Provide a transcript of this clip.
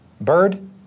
bird